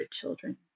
children